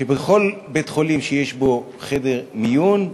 בכל בית-חולים שיש בו חדר מיון,